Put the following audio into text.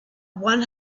one